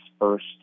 first